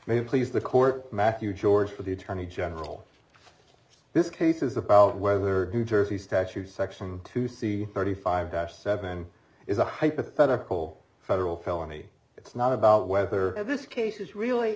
may please the court matthew george for the attorney general this case is about whether new jersey statute section two c thirty five dash seven is a hypothetical federal felony it's not about whether this case is really